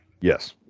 Yes